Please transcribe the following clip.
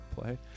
play